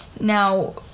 now